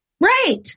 Right